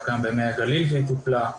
גם במי הגליל והיא טופלה,